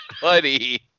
Buddy